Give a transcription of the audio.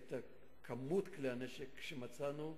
כמות כלי-הנשק שמצאנו,